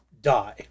die